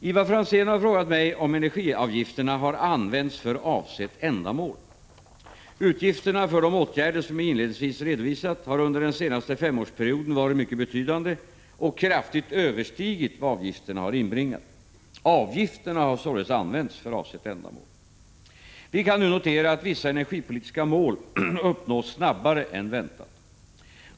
Ivar Franzén har frågat mig om energiavgifterna har använts för avsett ändamål. Utgifterna för de åtgärder som jag inledningsvis redovisat har under den senaste femårsperioden varit mycket betydande och kraftigt överstigit vad avgifterna inbringat. Avgifterna har således använts för avsett ändamål. Vi kan nu notera att vissa energipolitiska mål uppnås snabbare än väntat.